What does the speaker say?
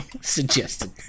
Suggested